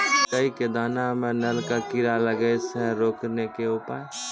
मकई के दाना मां नल का कीड़ा लागे से रोकने के उपाय?